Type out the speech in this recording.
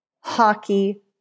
hockey